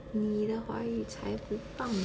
你的华语才不棒